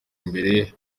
imbere